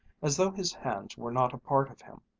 as though his hands were not a part of him.